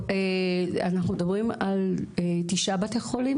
אנחנו מדברים על תשעה בתי חולים?